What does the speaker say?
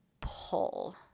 pull